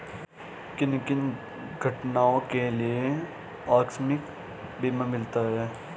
किन किन घटनाओं के लिए आकस्मिक बीमा मिलता है?